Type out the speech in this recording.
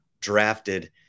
drafted